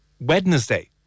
Wednesday